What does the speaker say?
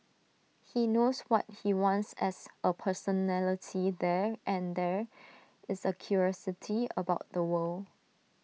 he knows what he wants as A personality there and there is A curiosity about the world